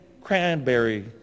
cranberry